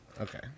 Okay